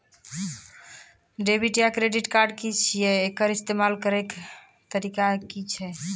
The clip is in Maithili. डेबिट या क्रेडिट कार्ड की छियै? एकर इस्तेमाल करैक तरीका की छियै?